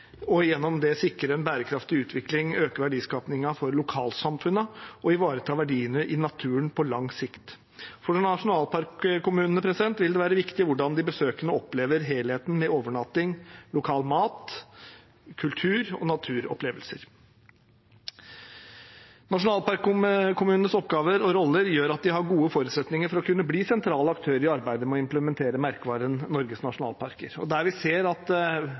og gjennom det sikre en bærekraftig utvikling, øke verdiskapingen for lokalsamfunnene og ivareta verdiene i naturen på lang sikt. For nasjonalparkkommunene vil det være viktig hvordan de besøkende opplever helheten med overnatting, lokal mat og kultur- og naturopplevelser. Nasjonalparkkommunenes oppgaver og roller gjør at de har gode forutsetninger for å kunne bli sentrale aktører i arbeidet med å implementere merkevaren Norges nasjonalparker. Der vi ser at